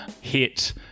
hit